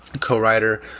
co-writer